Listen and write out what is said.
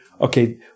okay